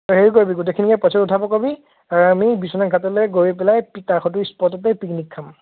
হেৰি কৰিবি গোটেইখিনিকে পইচাটো উঠাব কবি আমি বিশ্বনাথ ঘাটলৈ গৈ পেলাই পি তাত সেইটো স্পটতে পিকনিক খাম